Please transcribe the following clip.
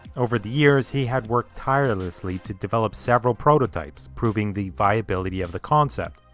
over the years, he had worked tirelessly to develop several prototypes, proving the viability of the concept.